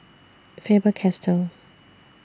Faber Castell